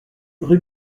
rue